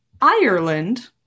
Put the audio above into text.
Ireland